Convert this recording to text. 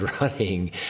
running